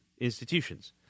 institutions